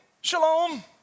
shalom